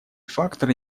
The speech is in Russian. факторы